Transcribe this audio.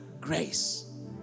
grace